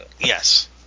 Yes